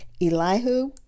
Elihu